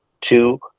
two